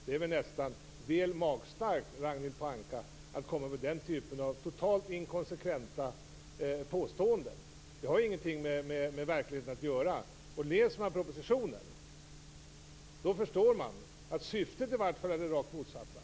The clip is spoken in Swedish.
Det är väl nästan väl magstarkt, Ragnhild Pohanka, att komma med den typen av totalt inkonsekventa påståenden. Det har ingenting med verkligheten att göra. Läser man propositionen så förstår man att syftet i alla fall är det rakt motsatta.